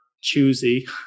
choosy